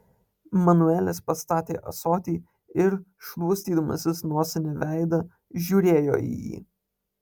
manuelis pastatė ąsotį ir šluostydamasis nosine veidą žiūrėjo į jį